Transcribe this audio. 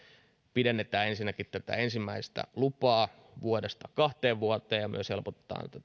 pidennetään ensinnäkin ensimmäistä lupaa vuodesta kahteen vuoteen ja helpotetaan